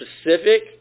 specific